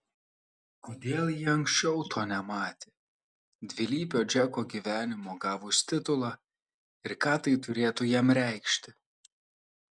kodėl ji anksčiau to nematė dvilypio džeko gyvenimo gavus titulą ir ką tai turėtų jam reikšti